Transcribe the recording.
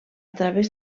través